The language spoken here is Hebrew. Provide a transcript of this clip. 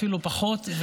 אפילו פחות,